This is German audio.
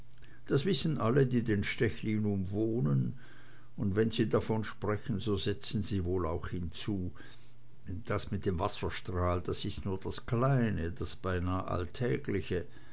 das wissen alle die den stechlin umwohnen und wenn sie davon sprechen so setzen sie wohl auch hinzu das mit dem wasserstrahl das ist nur das kleine das beinah alltägliche